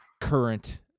current